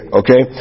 okay